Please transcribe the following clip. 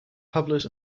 publish